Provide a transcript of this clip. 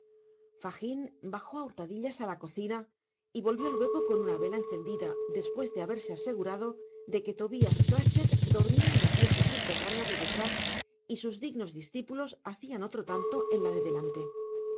fagin bajo á hurtadillas á la cocina y volvió luego con una vela ncendida despues de haberse asegurado de que tobias crachit dormia en la pieza subterránea de detrás y sus dignos discipulos hacian otro tanto en la de delante